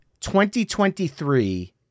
2023